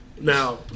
Now